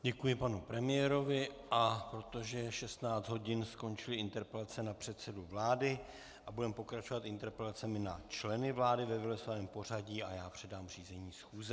Děkuji panu premiérovi, a protože je 16 hodin, skončily interpelace na předsedu vlády a budeme pokračovat interpelacemi na členy vlády ve vylosovaném pořadí a já předám řízení schůze.